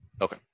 Okay